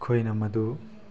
ꯑꯩꯈꯣꯏꯅ ꯃꯗꯨ